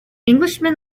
englishman